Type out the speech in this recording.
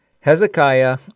Hezekiah